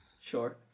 Sure